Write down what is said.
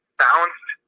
balanced